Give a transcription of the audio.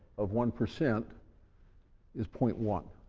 of one percent is point one.